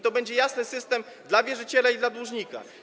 To będzie jasny system dla wierzyciela i dla dłużnika.